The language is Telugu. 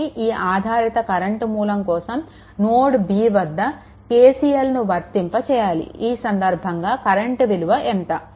కాబట్టి ఈ ఆధారిత కరెంట్ మూలం కోసం నోడ్ B వద్ద KCLను వర్తింపచేయాలి ఈ సందర్భంలో కరెంట్ విలువ ఎంత